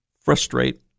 frustrate